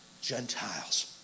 Gentiles